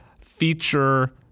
feature